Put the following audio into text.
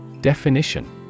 Definition